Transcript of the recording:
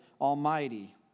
Almighty